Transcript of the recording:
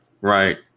Right